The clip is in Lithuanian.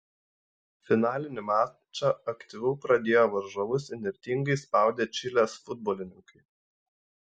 finalinį mačą aktyviau pradėjo varžovus įnirtingai spaudę čilės futbolininkai